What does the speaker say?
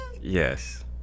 Yes